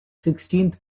sixteenth